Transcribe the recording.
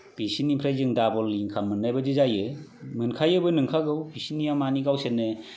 बिसोरनिफ्राय जों दाबल इनकाम मोन्नाय बादि जायो मोनखायोबो नोंखागौ बिसोरनिया माने गावसोरनि